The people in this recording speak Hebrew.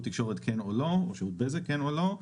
תקשורת כן או לא או שירות בזק כן או לא.